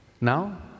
Now